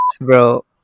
bro